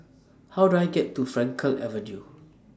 How Do I get to Frankel Avenue